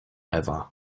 ewa